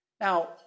Now